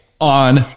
on